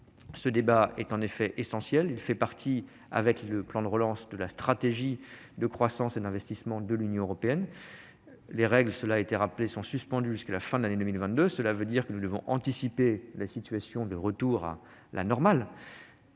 Ce débat est essentiel, car il fait partie, avec le plan de relance, de la stratégie de croissance et d'investissement de l'Union européenne. L'application des règles- cela a été rappelé -est suspendue jusqu'à la fin de l'année 2022 ; cela signifie que nous devons anticiper le retour à la normale